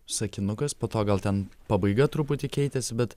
sakinukas po to gal ten pabaiga truputį keitėsi bet